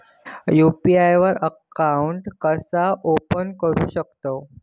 UPI वर account कसा open करू शकतव?